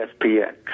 ESPN